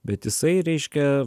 bet jisai reiškia